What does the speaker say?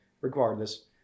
regardless